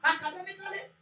Academically